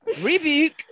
rebuke